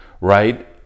right